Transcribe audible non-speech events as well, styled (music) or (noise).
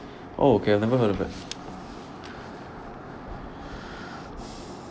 oh okay I never heard of it (breath)